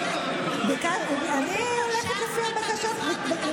אני הולכת לפי הבקשות.